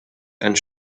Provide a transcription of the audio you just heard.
and